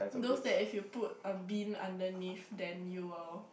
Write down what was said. those that if you put a bean underneath then you will